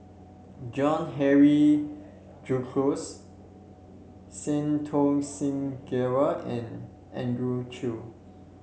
John Henry Duclos Santokh Singh Grewal and Andrew Chew